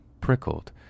prickled